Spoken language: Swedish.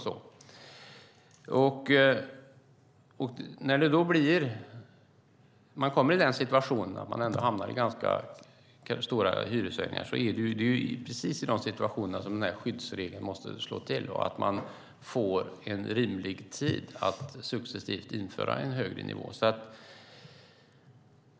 Det är när man kommer i den situationen att man hamnar i ganska stora hyreshöjningar som den här skyddsregeln måste slå till. Man får då en rimlig tid på sig att successivt införa en högre nivå.